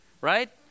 Right